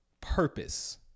purpose